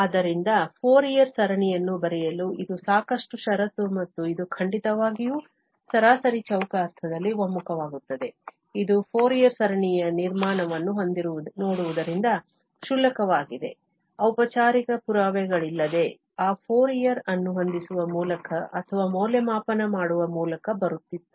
ಆದ್ದರಿಂದ ಫೋರಿಯರ್ ಸರಣಿಯನ್ನು ಬರೆಯಲು ಇದು ಸಾಕಷ್ಟು ಷರತ್ತು ಮತ್ತು ಇದು ಖಂಡಿತವಾಗಿಯೂ ಸರಾಸರಿ ಚೌಕ ಅರ್ಥದಲ್ಲಿ ಒಮ್ಮುಖವಾಗುತ್ತದೆ ಇದು ಫೋರಿಯರ್ ಸರಣಿಯ ನಿರ್ಮಾಣವನ್ನು ನೋಡುವುದರಿಂದ ಕ್ಷುಲ್ಲಕವಾಗಿದೆ ಔಪಚಾರಿಕ ಪುರಾವೆಗಳಿಲ್ಲದೆ ಆ ಫೋರಿಯರ್ ಅನ್ನು ಹೊಂದಿಸುವ ಮೂಲಕ ಅಥವಾ ಮೌಲ್ಯಮಾಪನ ಮಾಡುವ ಮೂಲಕ ಬರುತ್ತಿತ್ತು